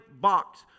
box